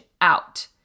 out